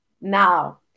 now